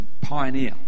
pioneer